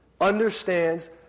understands